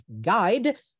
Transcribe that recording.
guide